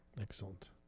Excellent